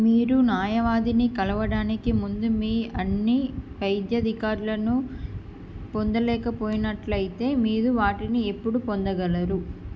మీరు న్యాయవాదిని కలవడానికి ముందు మీ అన్ని వైద్య రికార్డులను పొందలేకపోయినట్లయితే మీరు వాటిని ఇప్పుడు పొందగలరు